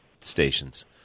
stations